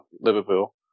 Liverpool